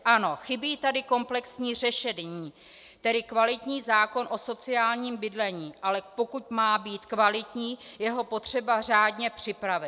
Ano, chybí tady komplexní řešení, tedy kvalitní zákon o sociálním bydlení, ale pokud má být kvalitní, je ho potřeba řádně připravit.